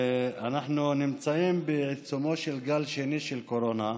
אנחנו נמצאים בעיצומו של גל שני של קורונה,